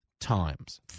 times